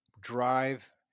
drive